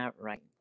right